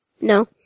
No